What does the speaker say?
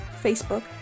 Facebook